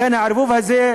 לכן, הערבוב הזה,